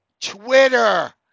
Twitter